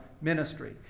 ministry